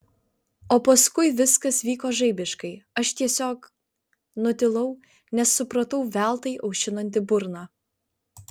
o paskui viskas vyko žaibiškai aš tiesiog nutilau nes supratau veltui aušinanti burną